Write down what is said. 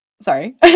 sorry